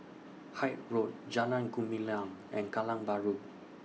Hythe Road Jalan Gumilang and Kallang Bahru